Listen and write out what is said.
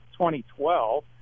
2012